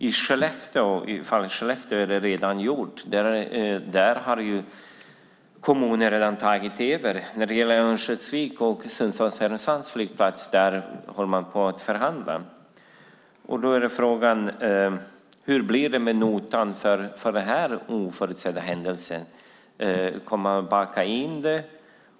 I Skellefteå är det redan gjort; där har kommunen tagit över. Vad gäller flygplatserna i Örnsköldsvik och Sundsvall-Härnösand håller man på att förhandla. Hur blir det med notan för den oförutsedda händelsen med det isländska askmolnet?